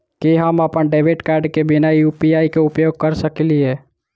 की हम अप्पन debit card केँ बिना यु.पी.आई केँ उपयोग करऽ सकलिये?